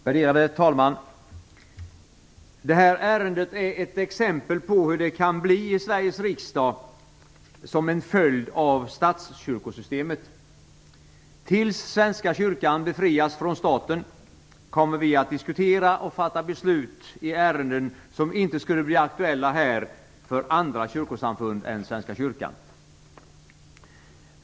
Värderade talman! Det här ärendet är ett exempel på hur det kan bli i Sveriges riksdag som en följd av statskyrkosystemet. Till dess att Svenska kyrkan befrias från staten kommer vi att diskutera och fatta beslut i ärenden som inte skulle bli aktuella här för andra kyrkosamfund än Svenska kyrkan.